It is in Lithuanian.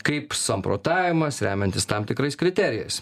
kaip samprotavimas remiantis tam tikrais kriterijais